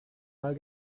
mal